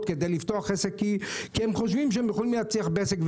כדי לפתוח עסק כי הם חושבים שהם יכולים להצליח עם עסק,